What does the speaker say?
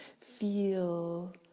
Feel